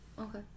Okay